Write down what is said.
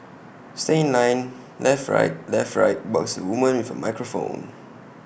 stay in line left right left right barks A woman with A microphone